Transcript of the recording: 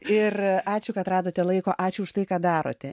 ir ačiū kad radote laiko ačiū už tai ką darote